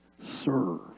Serve